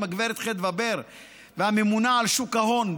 הגב' חדוה בר והממונה על שוק ההון,